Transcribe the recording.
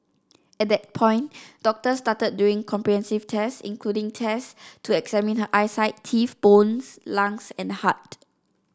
at that point doctors started doing comprehensive tests including tests to examine her eyesight teeth bones lungs and heart